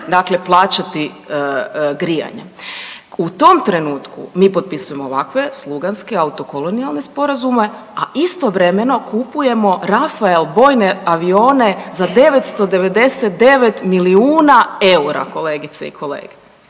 dakle, plaćati grijanje. U tom trenutku mi potpisujemo ovakve sluganske autokolonijalne sporazume, a istovremeno kupujemo Rafael bojne avione za 999 milijuna eura, kolegice i kolege.